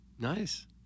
nice